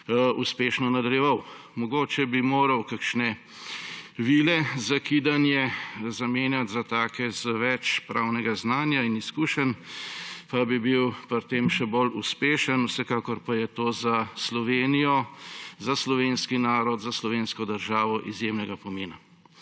uspešno nadaljeval. Mogoče bi moral kakšne vile za kidanje zamenjati za take z več pravnega znanja in izkušnjami pa bi bil pri tem še bolj uspešen. Vsekakor pa je to za Slovenijo, za slovenski narod, za slovensko državo izjemnega pomena.